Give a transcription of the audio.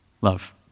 Love